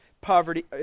poverty